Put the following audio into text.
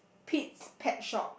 Pete's Pet Shop